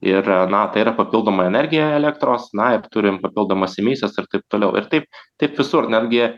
ir na tai yra papildoma energija elektros na ir turim papildomas emisijas ir taip toliau ir taip taip visur netgi